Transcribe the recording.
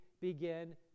begin